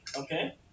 Okay